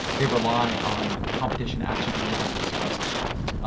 they rely on competition actually being able to express itself. ah